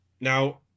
Now